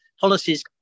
policies